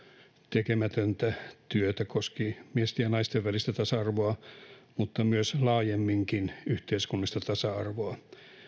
tekemätöntä työtä koskien miesten ja naisten välistä tasa arvoa mutta myös laajemminkin yhteiskunnallista tasa arvoa